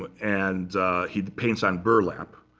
ah and he paints on burlap.